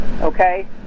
Okay